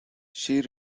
she